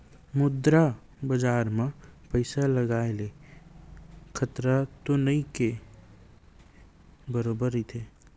मुद्रा बजार म पइसा लगाय ले खतरा तो नइ के बरोबर रहिथे